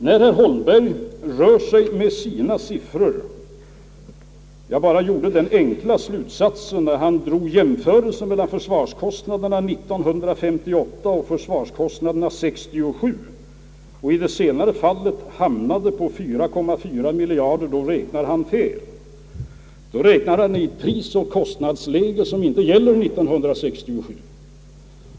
När herr Holmberg rör sig med sina siffror — jag bara drog den slutsatsen när han gjorde jämförelsen mellan försvarskostnaderna 1958 och försvarskostnaderna 1967 och i senare fallet hamnade på 4,4 miljarder kronor — då räknar han fel. Då räknar han i ett prisoch kostnadsläge som inte gäller 1967.